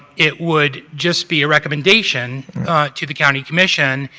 it would just be a recommendation to the county commission.